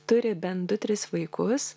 turi bent du tris vaikus